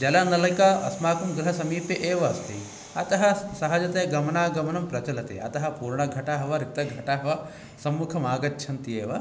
जलनलिका अस्माकं गृहसमीपे एव अस्ति अतः सहजतया गमनागमनं प्रचलति अतः पूर्णघटः वा रिक्तघटः वा सम्मुखं आगच्छन्ति एव